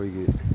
ꯑꯩꯈꯣꯏꯒꯤ